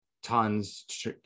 Tons